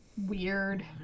weird